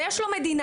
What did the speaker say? יש לו מדינה,